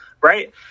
right